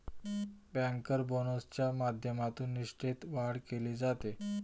banker बोनसच्या माध्यमातून निष्ठेत वाढ केली जाते